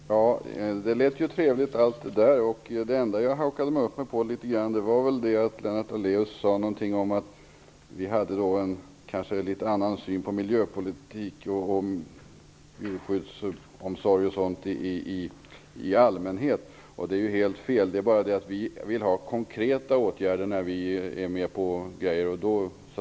Herr talman! Detta lät ju trevligt. Det enda som jag hakade upp mig litet grand på var att Lennart Daléus sade att vi har en litet avvikande syn på miljöpolitik, djurskyddsomsorg och sådant i allmänhet. Det är helt fel. Skillnaden är bara den att vi vill att de åtgärder som vi ansluter oss till skall vara konkreta.